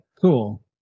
Cool